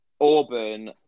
Auburn